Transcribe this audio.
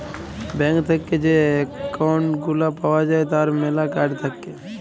bank থেক্যে যে account গুলা পাওয়া যায় তার ম্যালা কার্ড থাক্যে